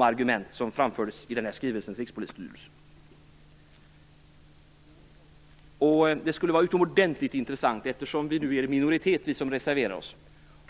Eftersom vi som reserverat oss är en minoritet skulle det vara utomordentligt intressant att få veta